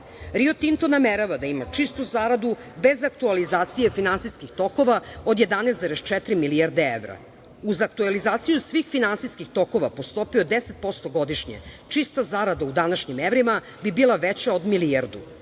Tinto" namerava da ima čistu zaradu bez aktuelizacije finansijskih tokova od 11,4 milijardi evra. Uz aktuelizaciju svih finansijskih tokova po stopi od deset posto godišnje, čista zarada u današnjim evrima bi bila veća od milijardu.